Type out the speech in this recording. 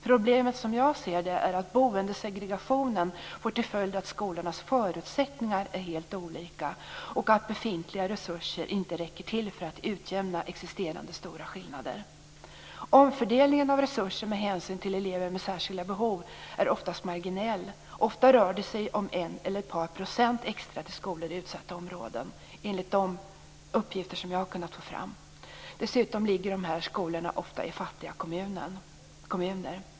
Problemet som jag ser det är att boendesegregationen får till följd att skolornas förutsättningar är helt olika och att befintliga resurser inte räcker till för att utjämna existerande stora skillnader. Omfördelningen av resurser med hänsyn till elever med särskilda behov är oftast marginell. Ofta rör det sig om en eller ett par procent extra till skolor i utsatta områden, enligt de uppgifter jag har kunnat få fram. Dessutom ligger dessa skolor ofta i fattiga kommuner.